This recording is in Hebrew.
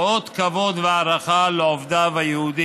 כאות כבוד והערכה לעובדיו היהודים.